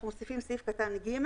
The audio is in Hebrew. אנחנו מוסיפים סעיף קטן (ג),